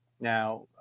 Now